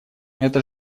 это